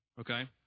okay